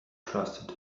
trusted